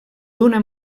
d’una